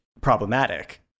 problematic